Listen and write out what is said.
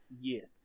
yes